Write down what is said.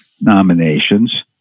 nominations